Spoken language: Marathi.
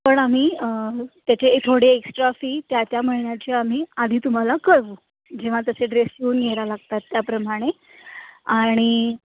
पण आम्ही त्याचे थोडे एक्स्ट्रा फी त्या त्या महिन्याचे आम्ही आधी तुम्हाला कळवू जेव्हा तसे ड्रेस शिवून घ्यायला लागतात त्याप्रमाणे आणि